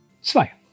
Zwei